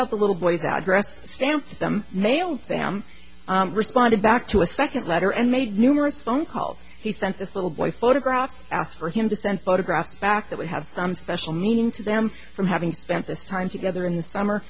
out the little boy's address stamp them mailed them responded back to a second letter and made numerous phone calls he sent this little boy photographs asked for him to send photographs back that we have some special meaning to them from having spent this time together in the summer